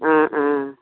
অ অ